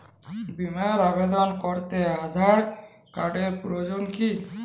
বিমার আবেদন করতে আধার কার্ডের প্রয়োজন কি?